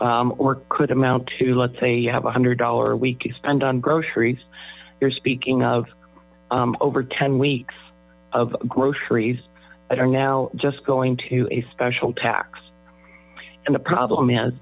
or could amount to let's say you have one hundred dollars a week to spend on groceries you're speaking of over ten weeks of groceries that are now just going to a special tax and the problem is